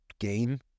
game